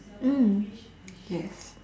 mm ya